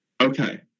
Okay